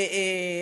אגב,